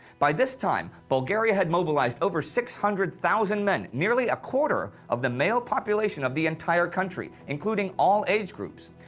by this time, bulgaria had mobilized over six hundred thousand men, nearly a quarter of the male population of the entire country, including all age groups.